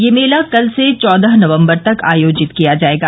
यह मेला कल से चौदह नवम्बर तक आयोजित किया जायेगा